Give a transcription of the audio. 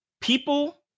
people